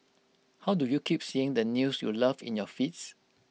how do you keep seeing the news you love in your feeds